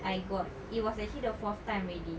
I got it was actually the fourth time already